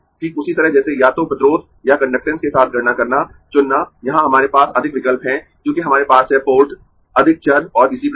ठीक उसी तरह जैसे या तो प्रतिरोध या कंडक्टेन्स के साथ गणना करना चुनना यहाँ हमारे पास अधिक विकल्प है क्योंकि हमारे पास है पोर्ट अधिक चर और इसी प्रकार